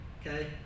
Okay